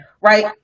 right